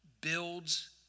builds